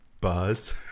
Buzz